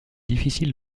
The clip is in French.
difficile